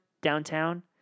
downtown